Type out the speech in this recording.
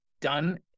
done